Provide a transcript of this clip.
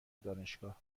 دانشگاه